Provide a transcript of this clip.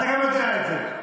אתה יודע את זה.